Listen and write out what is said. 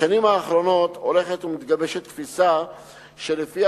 בשנים האחרונות הולכת ומתגבשת תפיסה שלפיה